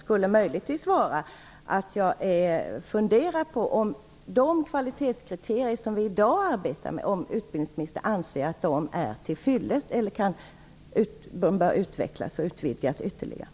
Anser utbildningsministern att de kvalitetskriterier som vi i dag arbetar med är till fyllest, eller bör de utvecklas och utvidgas ytterligare?